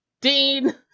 Dean